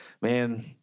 man